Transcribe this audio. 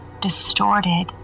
distorted